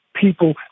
people